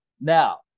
Now